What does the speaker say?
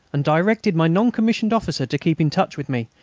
and directed my non-commissioned officer to keep in touch with me,